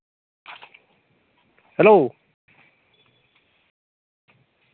hello